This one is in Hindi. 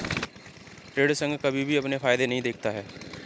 ऋण संघ कभी भी अपने फायदे नहीं देखता है